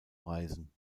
reisen